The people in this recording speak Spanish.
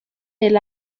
del